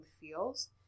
feels